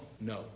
No